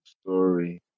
story